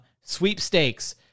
sweepstakes